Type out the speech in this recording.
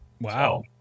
Wow